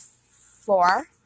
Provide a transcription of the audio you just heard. four